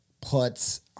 puts